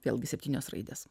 vėlgi septynios raidės